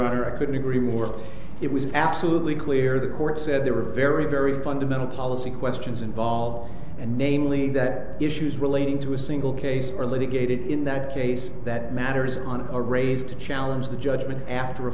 honor i couldn't agree more it was absolutely clear the court said they were very very fundamental policy questions involved and namely that issues relating to a single case are litigated in that case that matters on a raise to challenge the judgment after a